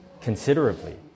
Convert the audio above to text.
considerably